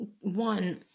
One